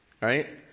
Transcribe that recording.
right